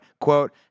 quote